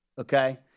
okay